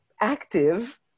active